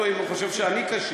שאלתי אותו אם הוא חושב שאני קשיש,